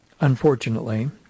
unfortunately